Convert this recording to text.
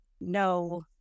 No